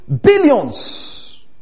billions